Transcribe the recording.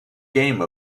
game